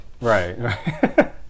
Right